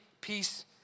peace